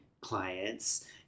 clients